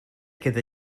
queda